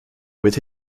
with